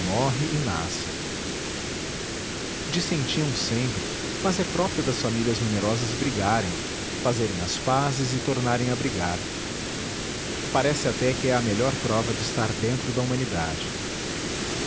morre e nasce dissentiam sempre mas é próprio das famílias numerosas brigarem fazerem as pazes e tornarem a brigar parece até que é a melhor prova de estar dentro da humanidade